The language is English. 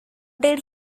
did